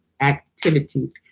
activities